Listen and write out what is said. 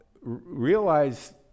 realize